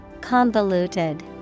Convoluted